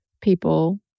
people